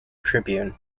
tribune